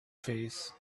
face